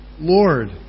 Lord